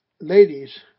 ladies